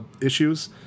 issues